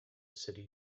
city